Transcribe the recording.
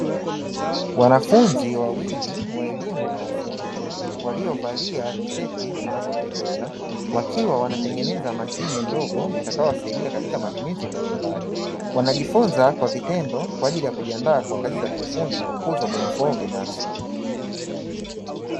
Wanafunzi wawili wa elimu ya ufundi waliovalia tisheti zinazopendeza, wakiwa wanatengeneza mashine ndogo itakayowasaidia katika matumizi mbalimbali. Wanajifunza kwa vitendo kwa ajili ya kujiaandaa kwa kazi za ufundi na kukuza ubunifu wao binafsi.